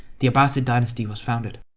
the abbasid dynasty was founded.